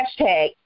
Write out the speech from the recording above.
hashtag